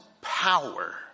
power